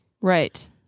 Right